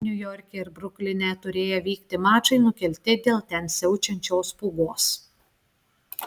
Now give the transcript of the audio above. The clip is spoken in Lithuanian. niujorke ir brukline turėję vykti mačai nukelti dėl ten siaučiančios pūgos